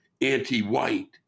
anti-white